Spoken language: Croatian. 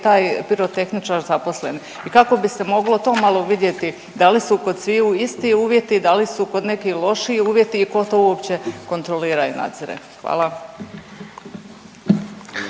taj pirotehničar zaposlen i kako bi se moglo to malo vidjeti da li su kod sviju isti uvjeti, da li su kod nekih lošiji uvjeti i ko to uopće kontrolira i nadzire? Hvala.